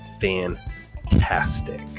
fantastic